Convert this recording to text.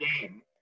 game